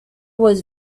was